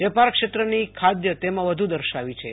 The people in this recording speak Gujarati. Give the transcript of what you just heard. વેપારક્ષેત્રની ખાદ્ય તેમાં વધુ દર્શાવી છે